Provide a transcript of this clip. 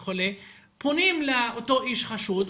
פונים לאותו איש חשוד,